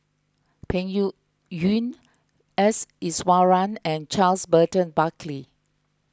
Peng Yuyun S Iswaran and Charles Burton Buckley